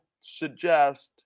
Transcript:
suggest